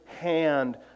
hand